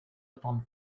upon